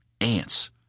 Ants